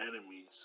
enemies